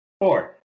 four